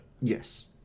Yes